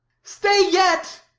stay yet.